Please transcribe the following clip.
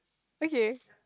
okay